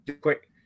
quick